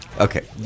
Okay